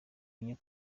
enye